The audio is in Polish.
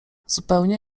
zupełnie